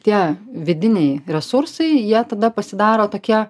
tie vidiniai resursai jie tada pasidaro tokie